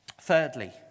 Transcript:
thirdly